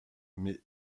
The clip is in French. mais